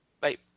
bye